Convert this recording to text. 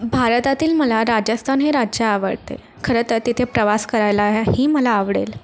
भारतातील मला राजस्थान हे राज्य आवडते खरं तर तिथे प्रवास करायलाही मला आवडेल